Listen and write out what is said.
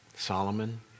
Solomon